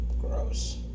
gross